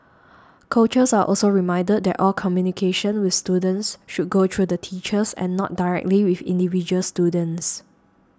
coaches are also reminded that all communication with students should go through the teachers and not directly with individual students